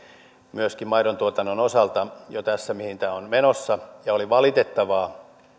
myöskin maidontuotannon osalta jo tässä mihin tämä on menossa ja oli valitettavaa